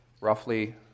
roughly